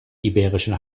iberischen